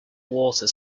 water